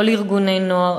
לא לארגוני נוער.